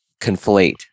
conflate